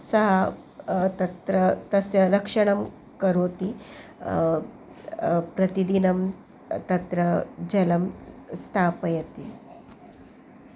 सः तत्र तस्य रक्षणं करोति प्रतिदिनं तत्र जलं स्थापयति